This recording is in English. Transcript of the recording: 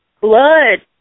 blood